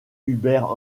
hubert